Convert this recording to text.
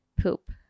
poop